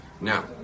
Now